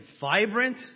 vibrant